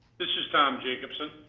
this is tom jacobson.